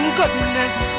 goodness